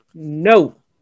No